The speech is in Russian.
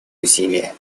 усилия